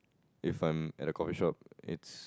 if I'm at the coffee shop it's